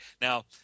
Now